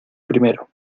primero